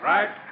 Right